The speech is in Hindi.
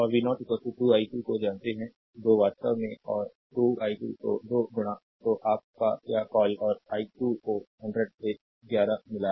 स्लाइड टाइम देखें 0750 और v0 2 i2 को जानते हैं 2 वास्तव में और 2 i2 तो 2 तो आप का क्या कॉल और i2 को 100 से 11 मिला है